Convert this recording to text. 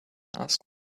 asked